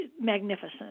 magnificent